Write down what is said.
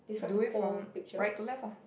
do it from right to left ah